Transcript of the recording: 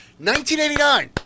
1989